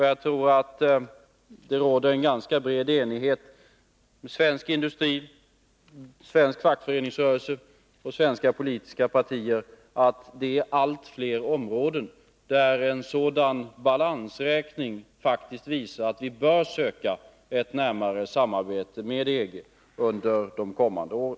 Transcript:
Jag tror att det råder en ganska bred enighet mellan svensk industri, svensk fackföreningsrörelse och svenska politiska partier om att det är allt fler områden där en sådan balansräkning faktiskt visar att vi bör söka ett närmare samarbete med EG under de kommande åren.